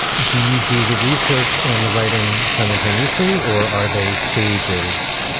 do you do the research and the writing simultaneously or are they stages?